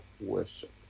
worship